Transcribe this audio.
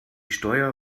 steuer